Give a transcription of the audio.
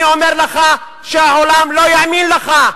אני אומר לך שהעולם לא יאמין לך.